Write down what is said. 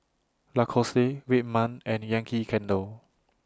Lacoste Red Man and Yankee Candle